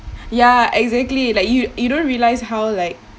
ya exactly like you you don't realise how like